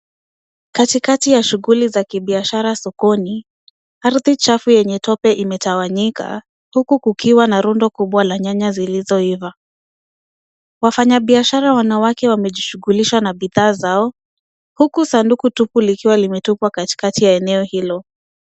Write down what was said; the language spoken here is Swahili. Katikati ya shughuli za kibiashara sokoni, ardhi chafu yenye tope imetawanyika huku kukiwa na rundo kubwa la nyanya zilizoiva, wafanyabiashara wanawake wamejishughulisha na bidhaa zao huku sanduku tupu likiwa limetupwa katikati la eneo hilo.